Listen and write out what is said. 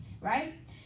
Right